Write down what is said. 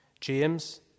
James